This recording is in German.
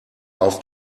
auf